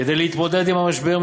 כדי להתמודד עם המשבר,